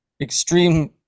extreme